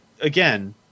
Again